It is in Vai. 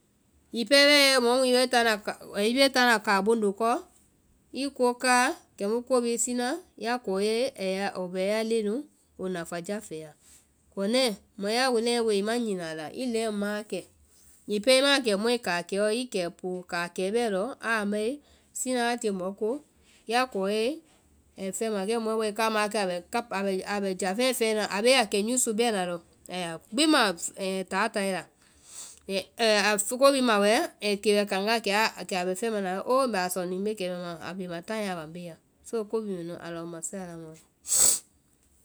Hiŋi pɛɛ bɛɛ mɔ i bee tana kaabondo kɔ, i ko káa kɛmu ko bhii sina ya kɔyae ɛ ya leŋɛ nu ɛi nafajaa fɛɛ a lɔ, konɛ mɔ ya leŋɛ woe i ma nyina a la, i leŋɛ maãkɛ, hiŋi pɛɛ i ma a kɛ mɔĩ káakɛɛ lɔ i ya kɛ poo káakɛɛ bɛɛ lɔ, aa mae sina a tie mɔ ko ya kɔyae, a ya fɛma, kɛ mɔɛ bɔɔ i kaama wa kɛ ai ti jáfeŋɛ fɛna a be a ke usu bɛ bɔ lɔ, a ya gbi ma taátáa la, ko bhii ma wɛɛ ai ke kaŋ wa kɛ a bɛ fɛma na alɔ oo mbɛ a sɔ ni mbɛ kɛ mɛɛ oo, taaŋɛ a baŋ bee ya, so ko bhii mɛnu alaoma sɛiala mɔhamadi